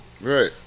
Right